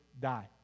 die